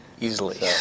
Easily